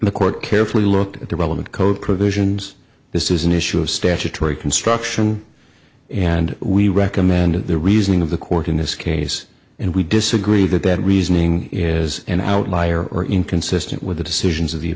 the court carefully looked at the relevant code provisions this is an issue of statutory construction and we recommended the reasoning of the court in this case and we disagree that that reasoning is an outlier or inconsistent with the decisions of the